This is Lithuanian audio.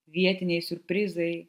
vietiniai siurprizai